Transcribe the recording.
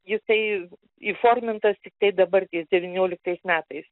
jisai įformintas tiktai dabartės devynioliktais metais